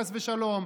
חס ושלום,